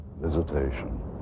visitation